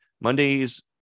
Mondays